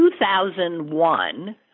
2001